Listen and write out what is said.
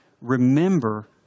remember